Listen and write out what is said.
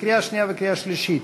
לקריאה שנייה וקריאה שלישית.